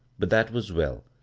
but that was well,